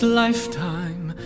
lifetime